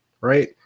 right